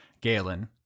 Galen